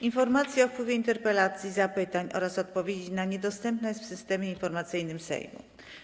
Informacja o wpływie interpelacji, zapytań oraz odpowiedzi na nie dostępna jest w Systemie Informacyjnym Sejmu.